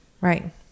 right